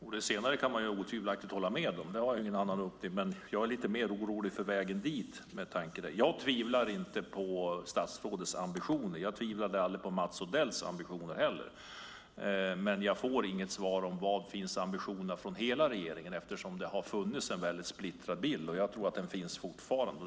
Fru talman. Det senare kan man otvivelaktigt hålla med om - jag har ingen annan uppfattning. Men jag är lite mer orolig för vägen dit. Jag tvivlar inte på statsrådets ambitioner. Jag tvivlade aldrig på Mats Odells ambitioner heller. Men jag får inget svar om var ambitionerna från hela regeringen finns, eftersom det har funnits en väldigt splittrad bild. Jag tror att den finns fortfarande.